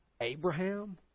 Abraham